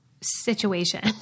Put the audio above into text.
situation